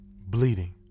bleeding